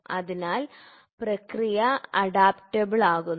അതിനാൽ പ്രക്രിയ അഡാപ്റ്റേബിൾ ആകുന്നു